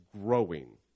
growing